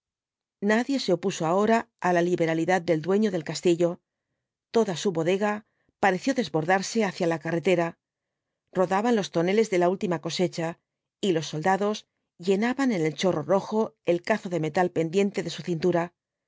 nadie se opuso ahora á la liberalidad del dueño del castillo toda su bodega pareció desbordarse hacia la carretera rodaban los toneles de la última cosecha y los soldados llenaban en el chorro rojo el cazo de metal pendiente de su cintura